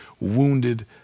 wounded